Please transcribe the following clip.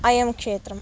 अयं क्षेत्रः